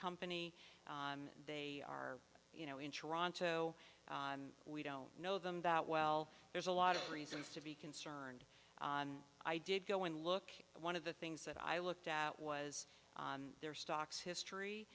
company they are you know in toronto we don't know them that well there's a lot of reasons to be concerned i did go and look one of the things that i looked at was their stocks history